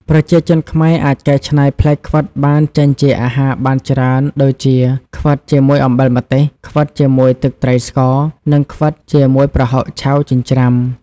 ប្រជាជនខ្មែរអាចកែច្នៃផ្លែខ្វិតបានចេញជាអាហារបានច្រើន ដូចជា ខ្វិតជាមួយអំបិលម្ទេស ខ្វិតជាមួយទឹកត្រីស្ករ និងខ្វិតជាមួយប្រហុកឆៅចិញ្ច្រាំ ។